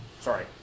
Sorry